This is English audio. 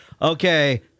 Okay